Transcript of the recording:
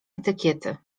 etykiety